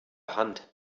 hand